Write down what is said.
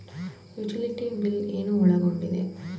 Utility bill ಏನು ಒಳಗೊಂಡಿದೆ?